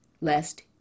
lest